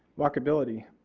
walk ability.